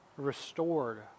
restored